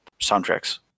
Soundtracks